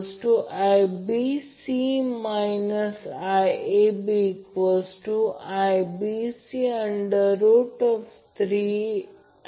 आपण येथे लिहिले आहे की Vab VL angle 0° VL angle 120° क्षमस्व 120°